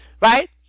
right